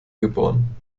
geboren